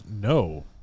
no